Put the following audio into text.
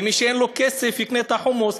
ומי שאין לו כסף יקנה חומוס.